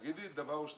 תגידי דבר או שניים.